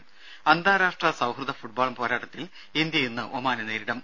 ത അന്താരാഷ്ട്ര സൌഹ്യദ ഫുട്ബോൾ പോരാട്ടത്തിൽ ഇന്ത്യ ഇന്ന് ഒമാനെ നേരിടും